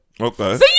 Okay